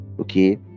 okay